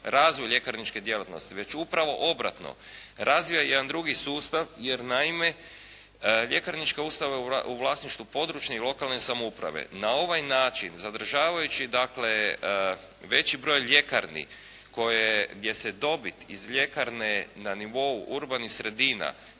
razvoj ljekarničke djelatnosti već upravo obratno razvija jedan drugi sustav jer naime, ljekarničke …/Govornik se ne razumije./… u vlasništvu područne i lokalne samouprave na ovaj način zadržavajući dakle, veći broj ljekarni koje, gdje se dobit iz ljekarne na nivou urbanih sredina